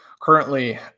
Currently